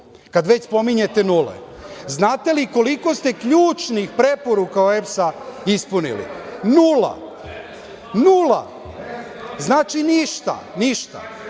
Kad već spominjete nule. Znate li koliko ste ključnih preporuka OEBS-a ispunili? Nula, nula. Znači, ništa. I